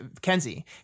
Kenzie